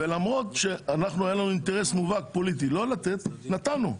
למרות שאין לנו אינטרס מובהק פוליטי לתת, נתנו.